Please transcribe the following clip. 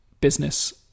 business